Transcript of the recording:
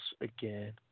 again